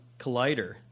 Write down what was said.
Collider